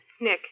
Nick